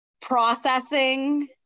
processing